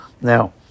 Now